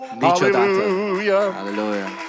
Hallelujah